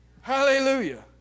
Hallelujah